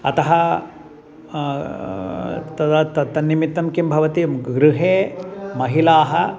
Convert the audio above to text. अतः तदा तत् तन्निमित्तं किं भवति गृहे महिलाः